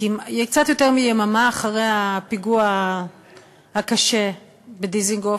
קצת יותר מיממה אחרי הפיגוע הקשה בדיזנגוף,